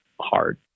hard